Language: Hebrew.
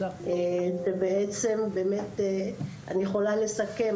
אני יכולה לסכם,